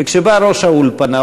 וכשבא ראש האולפנה,